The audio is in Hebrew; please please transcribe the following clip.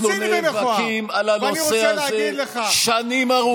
אנחנו נאבקים על הנושא הזה שנים ארוכות.